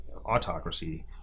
autocracy